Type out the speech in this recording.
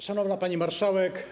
Szanowna Pani Marszałek!